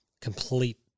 complete